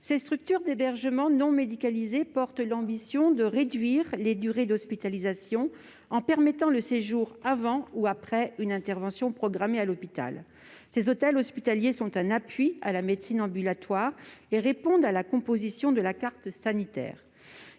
Ces structures d'hébergement non médicalisées portent l'ambition de réduire les durées d'hospitalisation, en permettant un séjour avant ou après une intervention programmée à l'hôpital. Ces hôtels hospitaliers sont un appui à la médecine ambulatoire et répondent à la composition de la carte sanitaire.